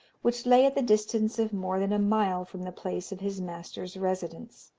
which lay at the distance of more than a mile from the place of his master's residence.